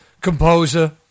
composer